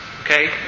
Okay